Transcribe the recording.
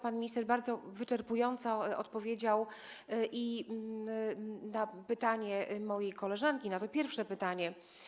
Pan minister bardzo wyczerpująco odpowiedział na pytanie mojej koleżanki, na to pierwsze pytanie.